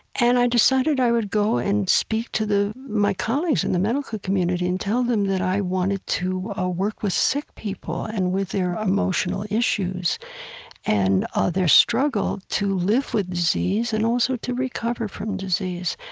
and i decided i would go and speak to my colleagues in the medical community and tell them that i wanted to ah work with sick people and with their emotional issues and ah their struggle to live with disease and also to recover from disease.